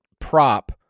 prop